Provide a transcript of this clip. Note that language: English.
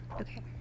Okay